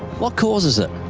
what causes it?